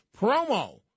promo